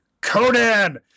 Conan